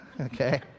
okay